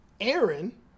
Aaron